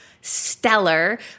stellar